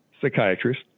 psychiatrist